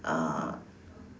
uh